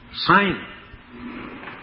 sign